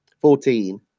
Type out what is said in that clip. Fourteen